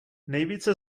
nejvíce